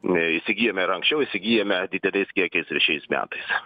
ne įsigyjame ar anksčiau įsigyjame dideliais kiekiais ir šiais metais